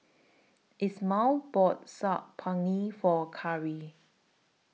Ismael bought Saag Paneer For Khari